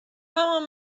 همان